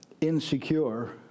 insecure